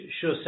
sure